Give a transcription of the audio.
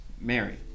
Mary